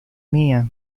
mia